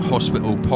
Hospital